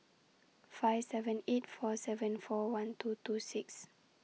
five seven eight four seven four one two two six